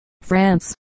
France